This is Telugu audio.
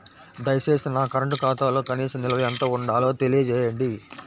దయచేసి నా కరెంటు ఖాతాలో కనీస నిల్వ ఎంత ఉండాలో తెలియజేయండి